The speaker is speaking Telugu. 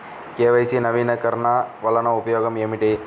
కే.వై.సి నవీకరణ వలన ఉపయోగం ఏమిటీ?